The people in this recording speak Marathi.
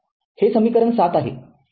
हे समीकरण ७ आहे